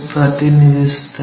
ಪ್ರತಿನಿಧಿಸುತ್ತವೆ